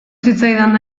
zitzaidan